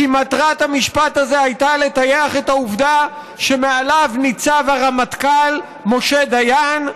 כי מטרת המשפט הזה הייתה לטייח את העובדה שמעליו ניצב הרמטכ"ל משה דיין,